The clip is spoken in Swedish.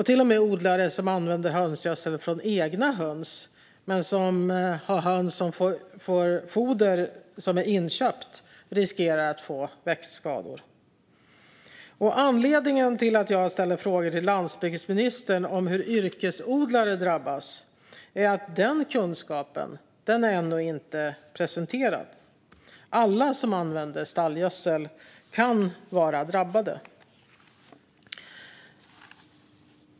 Till och med odlare som använder hönsgödsel från egna höns men som ger hönsen inköpt foder riskerar att få växtskador. Anledningen till att jag ställer frågor till landsbygdsministern om hur yrkesodlare drabbas är att den kunskapen ännu inte har presenterats. Alla som använder stallgödsel kan vara drabbade.